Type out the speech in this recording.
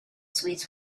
suites